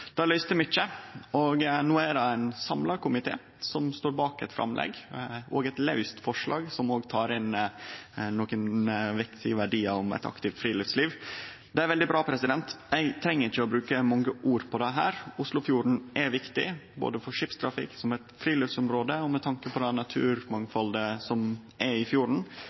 Det løyste mykje, og no er det ein samla komité som står bak eit framlegg – og eit laust forslag, som òg tek inn nokre viktige verdiar om eit aktivt friluftsliv. Det er veldig bra. Eg treng ikkje å bruke mange ord her. Oslofjorden er viktig, både for skipstrafikken, som friluftsområde og med tanke på det naturmangfaldet som er i fjorden,